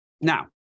Now